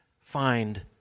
find